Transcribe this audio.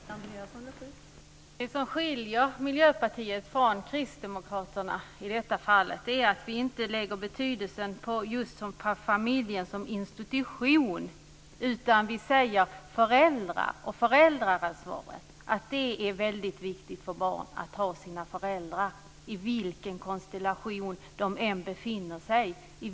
Fru talman! Det som skiljer Miljöpartiet från Kristdemokraterna i detta fall är att vi inte lägger betydelsen på just familjen som institution, utan vi talar om föräldrar och föräldraansvaret. Det är väldigt viktigt för barn att ha sina föräldrar i vilken konstellation de än befinner sig.